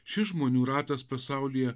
šis žmonių ratas pasaulyje